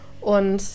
Und